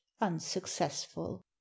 unsuccessful